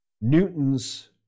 Newton's